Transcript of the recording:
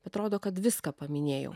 atrodo kad viską paminėjau